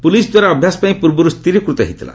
ପୁଲିସ୍ଦ୍ୱାରା ଅଭ୍ୟାସ ପାଇଁ ପ୍ରର୍ବର୍ ସ୍ଥିରୀକୃତ ହୋଇଥିଲା